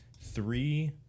three